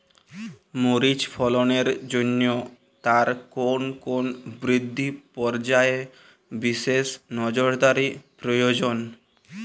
মরিচ ফলনের জন্য তার কোন কোন বৃদ্ধি পর্যায়ে বিশেষ নজরদারি প্রয়োজন?